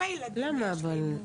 אבל למה?